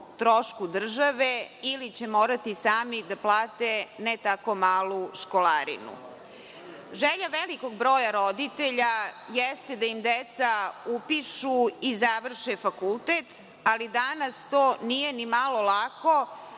trošku države, ili će morati sami da plate ne tako malu školarinu. Želja velikog broja roditelja jeste da im deca upišu i završe fakultet, ali danas to nije ni malo lako,